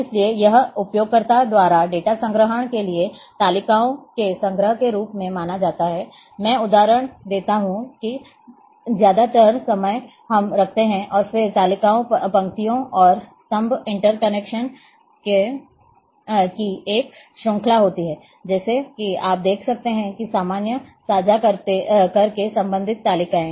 इसलिए यह उपयोगकर्ता द्वारा डेटा संग्रहण के लिए तालिकाओं के संग्रह के रूप में माना जाता है मैं यह उदाहरण देता हूं कि ज्यादातर समय हम रखते हैं और फिर तालिकाएं पंक्तियों और स्तंभ इंटरैक्शन की एक श्रृंखला होती हैं जैसा कि आप देख सकते हैं और सामान्य साझा करके संबंधित तालिकाएं